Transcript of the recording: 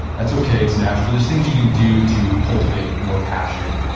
that's okay. it's natural but there's things you can do to cultivate more passion